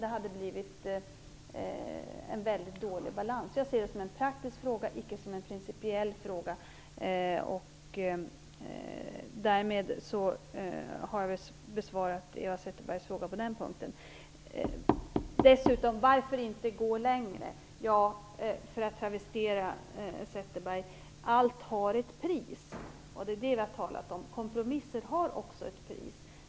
Det hade blivit en mycket dålig balans. Jag ser det som en praktisk fråga och inte som en principiell fråga. Därmed har jag besvarat Eva Zetterbergs fråga på den punkten. Jag fick frågan: Varför går man inte längre? För att travestera Eva Zetterberg vill jag säga att allt har ett pris. Det är det som vi har talat om. Kompromisser har också ett pris.